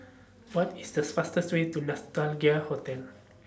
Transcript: What IS This fastest Way to Hotel